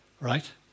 right